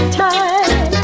time